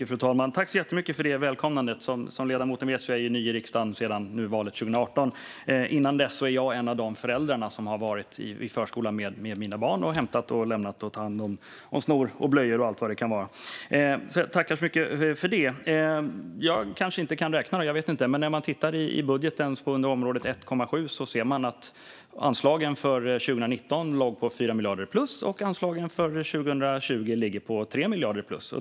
Fru talman! Som ledamoten vet är jag ny i riksdagen sedan valet 2018. Innan dess var jag en av de föräldrar som har hämtat och lämnat mina barn i förskolan och tagit hand om snor och blöjor och allt vad det kan vara. Jag tackar så mycket för välkomnandet! Jag kanske inte kan räkna; jag vet inte. Men när man tittar i budgeten under 1:7 ser man att anslagen för 2019 låg på 4 miljarder plus och anslagen för 2020 ligger på 3 miljarder plus.